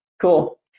Cool